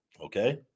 Okay